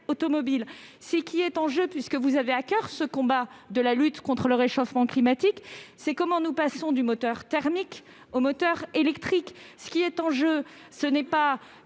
automobile. Ce qui est en jeu, puisque vous avez à coeur le combat contre le réchauffement climatique, c'est le fait de passer du moteur thermique au moteur électrique. Ce qui est en jeu, c'est non